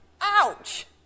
Ouch